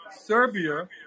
Serbia